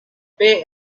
pay